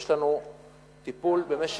יש לנו טיפול במשך,